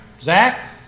Zach